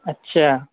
اچھا